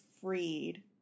freed